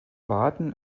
warten